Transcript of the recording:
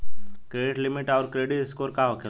Credit limit आउर credit score का होखेला?